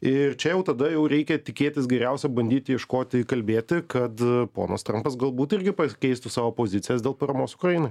ir čia jau tada jau reikia tikėtis geriausio bandyti ieškoti kalbėti kad ponas trumpas galbūt irgi pakeistų savo pozicijas dėl paramos ukrainai